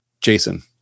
Jason